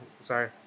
sorry